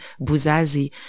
Buzazi